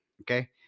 Okay